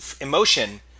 Emotion